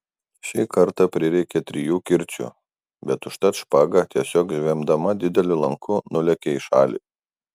šį kartą prireikė trijų kirčių bet užtat špaga tiesiog zvimbdama dideliu lanku nulėkė į šalį